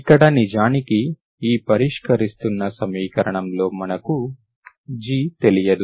ఇక్కడ నిజానికి ఈ పరిష్కరిస్తున్న సమీకరణనం లో మనకు g తెలియదు